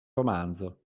romanzo